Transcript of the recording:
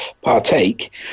partake